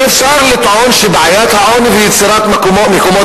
ואפשר לטעון שאת בעיית העוני ויצירת מקומות